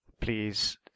please